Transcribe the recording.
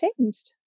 changed